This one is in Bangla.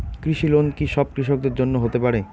কৃষি লোন কি সব কৃষকদের জন্য হতে পারে?